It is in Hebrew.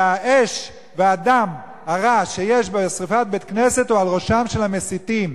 והאש והדם הרע שיש בשרפת בית-כנסת הם על ראשם של המסיתים.